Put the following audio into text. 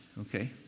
Okay